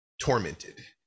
tormented